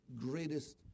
greatest